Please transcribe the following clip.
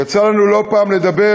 יצא לנו לא פעם לדבר